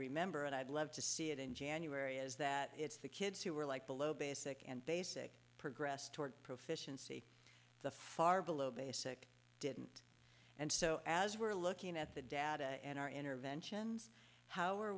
remember and i'd love to see it in january is that it's the kids who were like below basic and basic progress toward proficiency the far below basic didn't and so as we're looking at the data and our interventions how